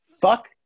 Fuck